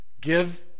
Give